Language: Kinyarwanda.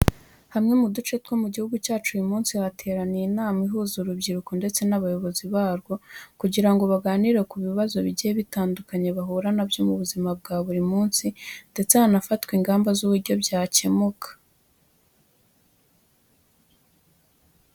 Hamwe mu duce two mu gihugu cyacu, uyu munsi hateraniye inama ihuza urubyiruko ndetse n'abayobozi barwo kugira ngo baganire ku bibazo bigiye bitandukanye bahura na byo mu buzima bwa buri munsi ndetse hanafatwe ingamba z'uburyo byakemuka.